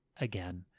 again